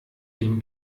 dem